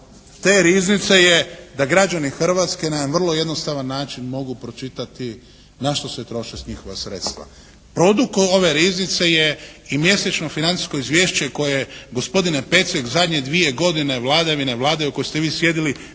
te riznice je da građani Hrvatske na jedan vrlo jednostavan način mogu pročitati na što se troše njihova sredstva. Produkt ove riznice je i mjesečno financijsko izvješće koje gospodine Pecek zadnje dvije godine vladavine Vlade u kojoj ste vi sjedili,